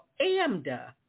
AMDA